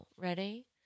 Ready